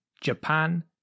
Japan